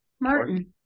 Martin